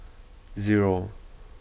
zero